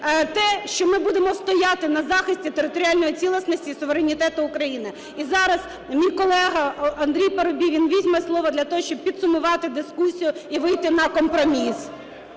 те, що ми будемо стояти на захисті територіальної цілісності і суверенітету України. І зараз мій колега Андрій Парубій візьме слово для того, щоб підсумувати дискусію і вийти на компроміс.